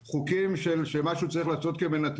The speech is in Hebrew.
בחוקים של מה שהוא צריך לעשות כמנתח,